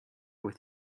with